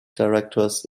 directors